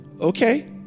okay